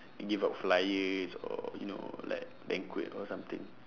give out flyers or you know like banquet or something